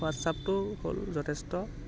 হোৱাটছআপটো হ'ল যথেষ্ট